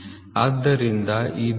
ಆದ್ದರಿಂದ ಇದು D